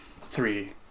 three